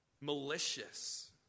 Malicious